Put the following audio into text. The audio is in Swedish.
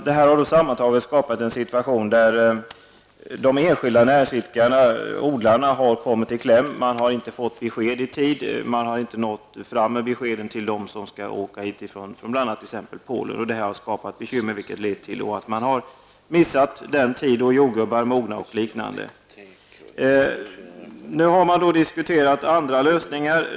Detta har sammantaget skapat en situation där de enskilda näringsidkarna, odlarna, har kommit i kläm. Man har inte fått besked i tid och inte nått fram med beskeden till dem som skall åka hit från bl.a. Polen. Detta har skapat bekymmer, vilket lett till att man missat den tid när jordgubbar mognar m.m. Nu har det diskuterats andra lösningar.